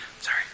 Sorry